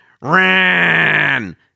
Ran